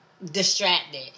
distracted